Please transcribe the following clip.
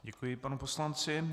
Děkuji panu poslanci.